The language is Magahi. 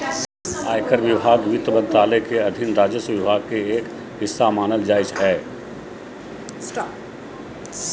आयकर विभाग वित्त मंत्रालय के अधीन राजस्व विभाग के एक हिस्सा मानल जा हय